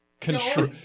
control